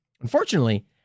Unfortunately